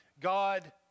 God